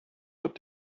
habt